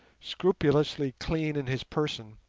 scrupulously cleanly in his person,